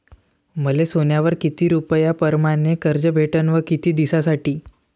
मले सोन्यावर किती रुपया परमाने कर्ज भेटन व किती दिसासाठी?